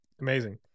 Amazing